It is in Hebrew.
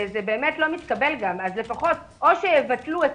זה באמת לא מתקבל גם אז או שיבטלו את